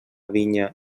vinya